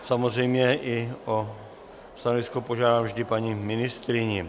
Samozřejmě i o stanovisko požádám vždy paní ministryni.